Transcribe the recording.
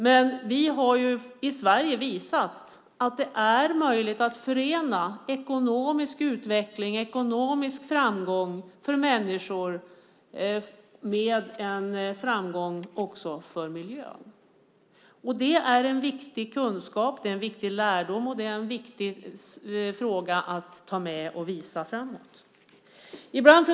I Sverige har vi emellertid visat att det är möjligt att förena ekonomisk utveckling, ekonomisk framgång, för människor med framgång också för miljön. Det är en viktig kunskap, en viktig lärdom, en viktig fråga att ta med sig för framtiden.